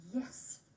Yes